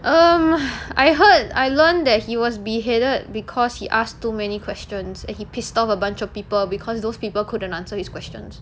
um I heard I learned that he was beheaded because he asked too many questions and he pissed off a bunch of people because those people couldn't answer his questions